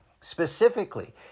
Specifically